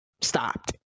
stopped